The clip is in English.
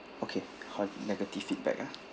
okay ho~ negative feedback ah